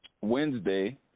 Wednesday